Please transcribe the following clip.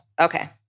Okay